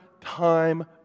time